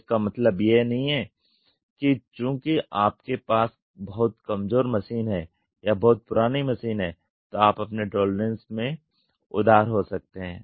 तो इसका मतलब यह नहीं है कि चूंकि आपके पास बहुत कमजोर मशीन है या बहुत पुरानी मशीन है तो आप अपने टॉलरेंसेस में उदार हो सकते हैं